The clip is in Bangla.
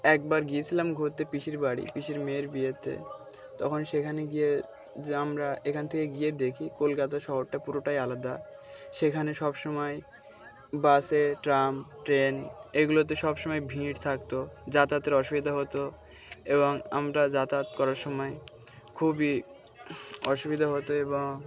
একবার গিয়েছিলাম ঘুরতে পিসির বাড়ি পিসির মেয়ের বিয়েতে তখন সেখানে গিয়ে যে আমরা এখান থেকে গিয়ে দেখি কলকাতা শহরটা পুরোটাই আলাদা সেখানে সব সময় বাসে ট্রাম ট্রেন এগুলোতে সব সময় ভিড় থাকতো যাতায়াতের অসুবিধা হতো এবং আমরা যাতায়াত করার সময় খুবই অসুবিধা হতো এবং